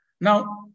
Now